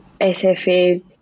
SFA